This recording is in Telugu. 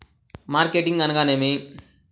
మార్కెటింగ్ అనగానేమి?